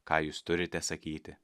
ką jūs turite sakyti